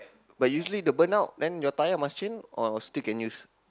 but usually the burnout then your tyre must change or still can use